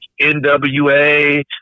NWA